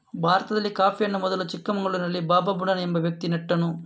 ಭಾರತದಲ್ಲಿ ಕಾಫಿಯನ್ನು ಮೊದಲು ಚಿಕ್ಕಮಗಳೂರಿನಲ್ಲಿ ಬಾಬಾ ಬುಡನ್ ಎಂಬ ವ್ಯಕ್ತಿ ನೆಟ್ಟನು